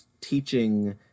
teaching